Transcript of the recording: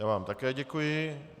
Já vám také děkuji.